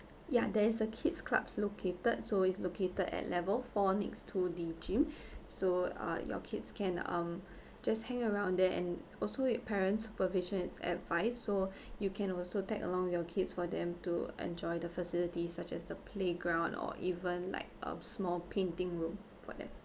ya there is a kid's clubs located so is located at level four next to the gym so uh your kids can um just hang around there and also it parents supervision is advice so you can also tag along with your kids for them to enjoy the facilities such as the playground or even like a small painting room for them